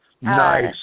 Nice